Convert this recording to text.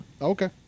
Okay